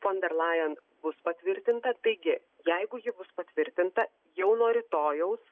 fon der lajen bus patvirtinta taigi jeigu ji bus patvirtinta jau nuo rytojaus